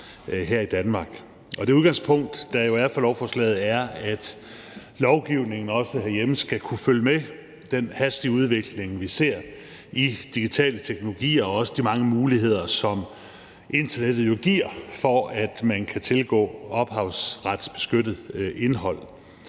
her i Danmark. Det udgangspunkt, der jo er for lovforslaget, er, at lovgivningen også herhjemme skal kunne følge med den hastige udvikling, vi ser i digitale teknologier, også de mange muligheder, som internettet giver, for, at man kan tilgå ophavsretsbeskyttet indhold.